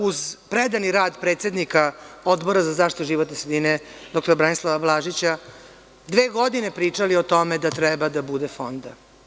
Uz predani rad predsednika Odbora za zaštitu životne sredine, dr Branislava Blažića dve godine smo pričali o tome da treba da bude fonda.